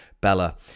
Bella